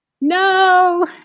no